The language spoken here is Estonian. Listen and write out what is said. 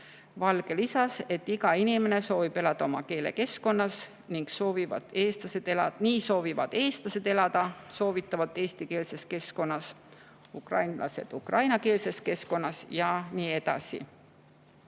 Valge lisas, et iga inimene soovib elada oma keelekeskkonnas, nii soovivad eestlased elada soovitavalt eestikeelses keskkonnas, ukrainlased ukrainakeelses keskkonnas ja nii edasi.